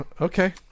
Okay